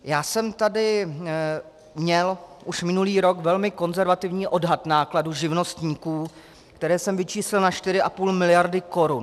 Já jsem tady měl už minulý rok velmi konzervativní odhad nákladů živnostníků, který jsem vyčíslil na 4,5 miliardy korun.